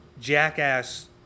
jackass